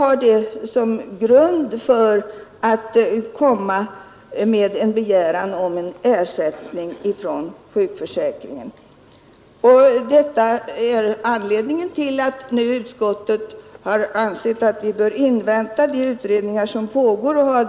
På den grunden kan man sedan göra anspråk på ersättning från sjukförsäkringen för vård av ifrågavarande slag. Detta är anledningen till att utskottet nu har ansett att de utredningar som pågår bör inväntas.